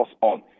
on